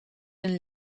een